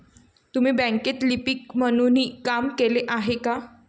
तुम्ही बँकेत लिपिक म्हणूनही काम केले आहे का?